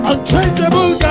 Unchangeable